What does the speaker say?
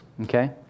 okay